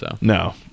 No